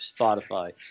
Spotify